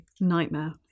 Nightmare